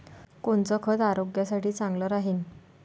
कोनचं खत आरोग्यासाठी चांगलं राहीन?